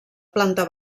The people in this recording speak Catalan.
planta